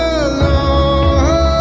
alone